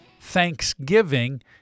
Thanksgiving